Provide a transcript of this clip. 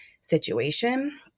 situation